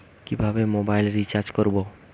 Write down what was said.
কিভাবে mobile recharge করব?